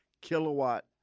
kilowatt